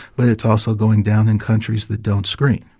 but it's also going down in countries that don't screen.